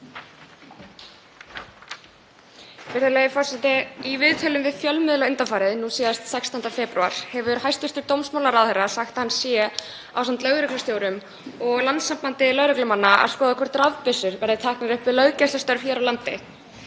Virðulegi forseti. Í viðtölum við fjölmiðla undanfarið, nú síðast 16. febrúar, hefur hæstv. dómsmálaráðherra sagt að hann sé, ásamt lögreglustjórum og Landssambandi lögreglumanna, að skoða hvort rafbyssur verði teknar upp við löggæslustörf hér á landi.